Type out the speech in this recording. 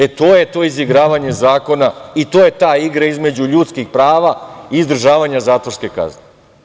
E, to je to izigravanje zakona i to je ta igra između ljudskih prava i izdržavanja zatvorske kazne.